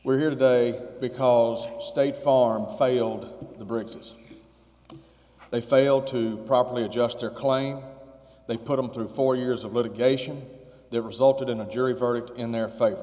we're here today because state farm failed the briggs's they failed to properly adjust their claim they put them through four years of litigation that resulted in a jury verdict in their fa